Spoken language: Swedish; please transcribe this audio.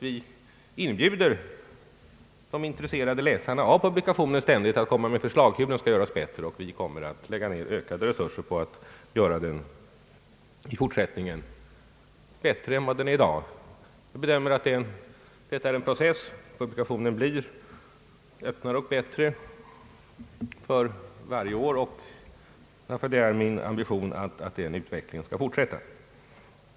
Vi inbjuder ständigt de intresserade läsarna av publikationen att komma med förslag om hur den skall göras bättre, och vi kommer att lägga ned ökade resurser på att i fortsättningen göra den bättre än vad den är i dag. Detta är en process; publikationen blir öppnare och bättre för varje år, och det är min ambition att denna utveckling skall fortsätta.